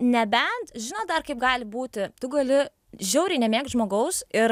nebent žinot dar kaip gali būti tu gali žiauriai nemėgt žmogaus ir